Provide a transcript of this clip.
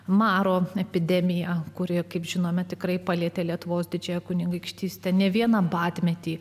maro epidemiją kuri kaip žinome tikrai palietė lietuvos didžiąją kunigaikštystę ne vieną badmetį